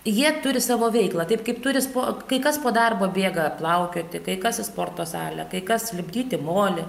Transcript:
jie turi savo veiklą taip kaip turi po kai kas po darbo bėga plaukioti kai kas į sporto salę kai kas lipdyti molį